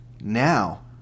Now